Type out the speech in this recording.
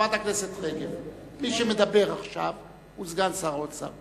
חברת הכנסת רגב, מי שמדבר עכשיו הוא סגן שר האוצר.